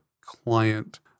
client